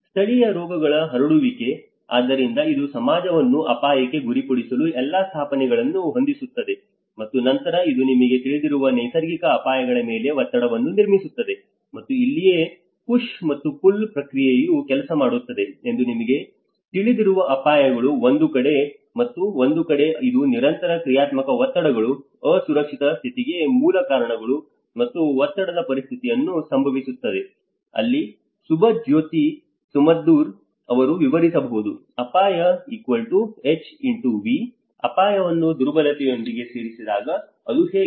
ಸ್ಥಳೀಯ ರೋಗಗಳ ಹರಡುವಿಕೆ ಆದ್ದರಿಂದ ಇದು ಸಮಾಜವನ್ನು ಅಪಾಯಕ್ಕೆ ಗುರಿಪಡಿಸಲು ಎಲ್ಲಾ ಸ್ಥಾಪನೆಗಳನ್ನು ಹೊಂದಿಸುತ್ತದೆ ಮತ್ತು ನಂತರ ಇದು ನಿಮಗೆ ತಿಳಿದಿರುವ ನೈಸರ್ಗಿಕ ಅಪಾಯಗಳ ಮೇಲೆ ಒತ್ತಡವನ್ನು ನಿರ್ಮಿಸುತ್ತದೆ ಮತ್ತು ಅಲ್ಲಿಯೇ ಪುಶ್ ಮತ್ತು ಪುಲ್ ಪ್ರಕ್ರಿಯೆಯು ಕೆಲಸ ಮಾಡುತ್ತದೆ ಎಂದು ನಿಮಗೆ ತಿಳಿದಿರುವ ಅಪಾಯಗಳು ಒಂದು ಕಡೆ ಮತ್ತು ಒಂದು ಕಡೆ ಇದು ನಿರಂತರ ಕ್ರಿಯಾತ್ಮಕ ಒತ್ತಡಗಳು ಅಸುರಕ್ಷಿತ ಸ್ಥಿತಿಗೆ ಮೂಲ ಕಾರಣಗಳು ಮತ್ತು ಒತ್ತಡದ ಪರಿಸ್ಥಿತಿಯನ್ನು ಸಂಭವಿಸುತ್ತದೆ ಅಲ್ಲಿ ಸುಭಜ್ಯೋತಿ ಸಮದ್ದರ್ ಅವರು ವಿವರಿಸಿರಬಹುದು ಅಪಾಯHxV ಅಪಾಯವನ್ನು ದುರ್ಬಲತೆಯೊಂದಿಗೆ ಸೇರಿಸಿದಾಗ ಅದು ಹೇಗೆ